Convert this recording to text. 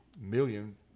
million